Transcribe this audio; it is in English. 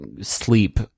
sleep